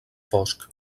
fosc